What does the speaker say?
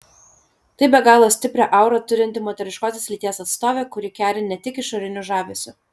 tai be galo stiprią aurą turinti moteriškosios lyties atstovė kuri keri ne tik išoriniu žavesiu